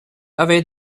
away